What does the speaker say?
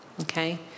Okay